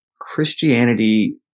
Christianity